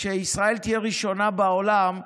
שישראל תהיה ראשונה בעולם,